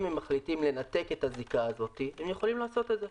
אם הם מחליטים לנתק את הזיקה הזאת הם יכולים לעשות את זה.